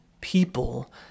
people